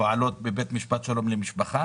פועלות בבית משפט שלום למשפחה